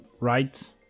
right